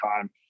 time